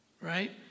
Right